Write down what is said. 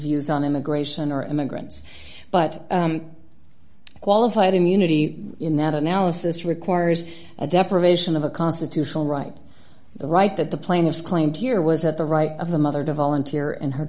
views on immigration or immigrants but qualified immunity in that analysis requires a deprivation of a constitutional right the right that the plaintiffs claimed here was that the right of the mother to volunteer and her